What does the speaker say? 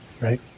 right